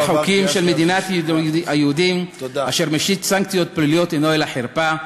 ספר חוקים של מדינת היהודים אשר משית סנקציות פליליות אינו אלא חרפה.